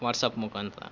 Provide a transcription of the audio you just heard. WhatsApp ಮುಖಾಂತ್ರ